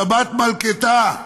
שבת מלכתא,